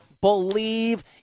believe